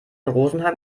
rosenheim